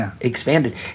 expanded